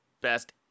best